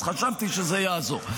אז חשבתי שזה יעזור.